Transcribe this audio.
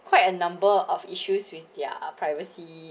quite a number of issues with their privacy